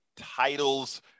Titles